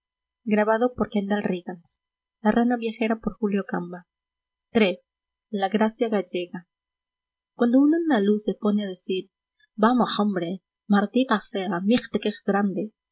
iii la gracia gallega cuando un andaluz se pone a decir vamoj hombre mardita zea mijte quej grande